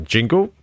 Jingle